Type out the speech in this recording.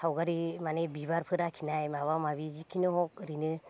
सावगारि माने बिबारफोर आखिनाय माबा माबि जिखुनो हख ओरैनो